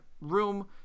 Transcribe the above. room